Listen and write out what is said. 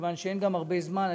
מכיוון שגם אין הרבה זמן,